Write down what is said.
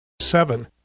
Seven